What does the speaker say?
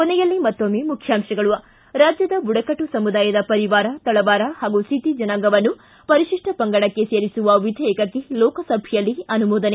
ಕೊನೆಯಲ್ಲಿ ಮತ್ತೊಮ್ನೆ ಮುಖ್ಯಾಂಶಗಳು ರಾಜ್ಞದ ಬುಡಕಟ್ಟು ಸಮುದಾಯದ ಪರಿವಾರ ತಳವಾರ ಹಾಗೂ ಸಿದ್ದಿ ಜನಾಂಗವನ್ನು ಪರಿತಿಷ್ನ ಪಂಗಡಕ್ಕೆ ಸೇರಿಸುವ ವಿಧೇಯಕಕ್ಕೆ ಲೋಕಸಭೆಯಲ್ಲಿ ಅನುಮೋದನೆ